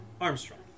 Armstrong